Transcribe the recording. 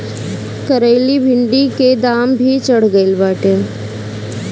करइली भिन्डी के दाम भी चढ़ गईल बाटे